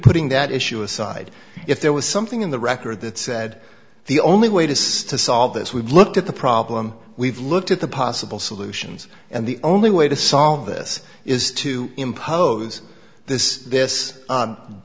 putting that issue aside if there was something in the record that said the only way to cease to solve this we've looked at the problem we've looked at the possible solutions and the only way to solve this is to impose this this